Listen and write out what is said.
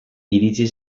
iritsi